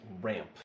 ramp